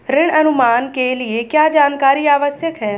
ऋण अनुमान के लिए क्या जानकारी आवश्यक है?